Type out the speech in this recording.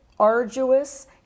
arduous